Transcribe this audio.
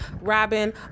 robin